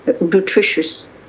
nutritious